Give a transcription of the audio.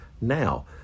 now